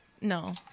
No